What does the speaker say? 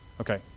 Okay